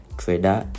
trader